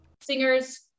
singers